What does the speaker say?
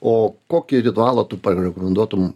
o kokį ritualą tu parekomenduotum